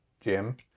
Jim